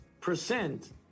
percent